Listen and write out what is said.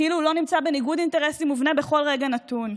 כאילו הוא לא נמצא בניגוד אינטרסים מובנה בכל רגע נתון,